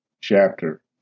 chapter